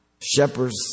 Shepherds